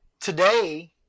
today